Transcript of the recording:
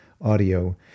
audio